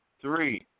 three